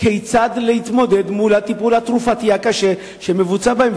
כיצד להתמודד עם הטיפול התרופתי הקשה שמבוצע בהם.